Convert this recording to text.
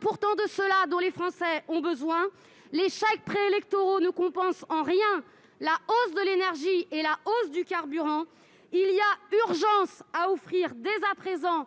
pourtant de cela que les Français ont besoin ! En outre, les chèques préélectoraux ne compensent en rien la hausse de l'énergie et du carburant. Il y a urgence à offrir, dès à présent, aux